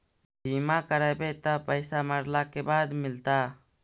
बिमा करैबैय त पैसा मरला के बाद मिलता?